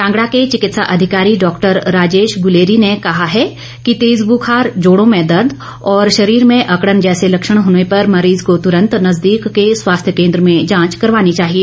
कांगड़ा के चिकित्सा अधिकारी डॉक्टर राजेश गुलेरी ने कहा है कि तेज बुखार जोड़ो में दर्द और शरीर में अकड़न जैसे लक्षण होने पर मरीज को तुरंत नजदीक के स्वास्थ्य केंद्र में जांच करवानी चाहिए